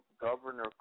Governor